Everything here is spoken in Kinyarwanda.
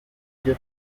ibyo